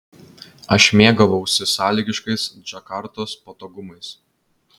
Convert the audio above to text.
aš mėgavausi sąlygiškais džakartos patogumais